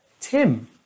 Tim